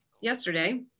yesterday